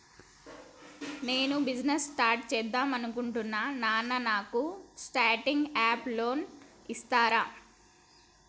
నేను business start చేద్దామనుకుంటున్నాను నాకు స్టార్టింగ్ అప్ లోన్ ఇస్తారా?